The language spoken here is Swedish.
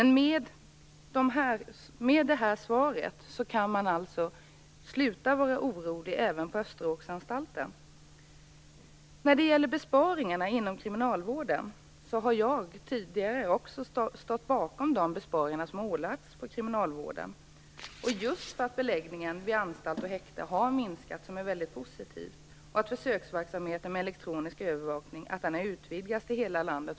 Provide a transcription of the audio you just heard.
I och med det här svaret kan man alltså sluta att vara orolig även på Österåkersanstalten. Tidigare har jag också stått bakom de besparingar har ålagts kriminalvården. Det har jag gjort just för att beläggningen vid anstalter och häkten har minskat, något som är väldigt positivt, och för att försöksverksamheten med elektronisk övervakning från årsskiftet har utvidgats till hela landet.